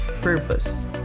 purpose